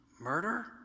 murder